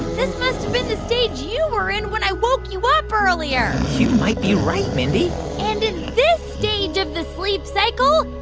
this must've been the stage you were in when i woke you up earlier you might be right, mindy and in this stage of the sleep cycle,